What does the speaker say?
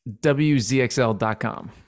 WZXL.com